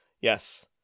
Yes